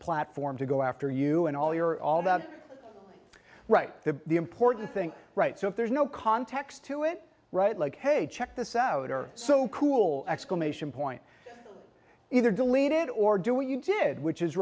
platform to go after you and all your all the right to the important thing right so if there's no context to it right like hey check this out are so cool exclamation point either delete it or do what you did which is